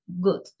Good